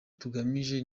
tugamije